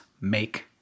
make